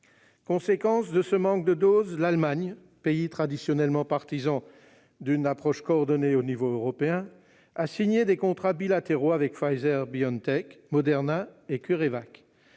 Conséquence de ce manque de doses, l'Allemagne, pays traditionnellement partisan d'une approche coordonnée au niveau européen, a signé des contrats bilatéraux avec Pfizer-BioNTech, Moderna et CureVac,